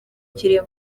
kirimo